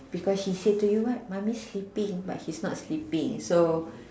because she say to you right mummy sleeping but he's not sleeping so